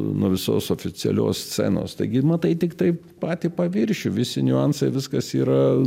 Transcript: nuo visos oficialios scenos taigi matai tiktai patį paviršių visi niuansai viskas yra